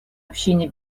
общине